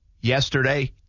Yesterday –